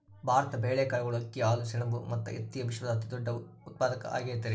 ಭಾರತ ಬೇಳೆ, ಕಾಳುಗಳು, ಅಕ್ಕಿ, ಹಾಲು, ಸೆಣಬ ಮತ್ತ ಹತ್ತಿಯ ವಿಶ್ವದ ಅತಿದೊಡ್ಡ ಉತ್ಪಾದಕ ಆಗೈತರಿ